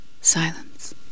silence